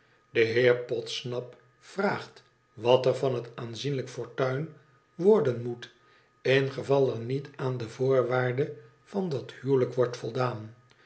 de heer podsnap vraagt wat er van het aanzienlijk fortuin worden moet ingeval er niet aan de voorwaarde van dat huwelijk wordt voldaan